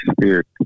spirit